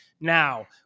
Now